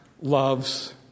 loves